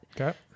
okay